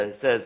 says